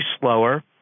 slower